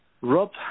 Rob